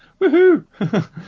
Woohoo